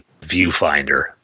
viewfinder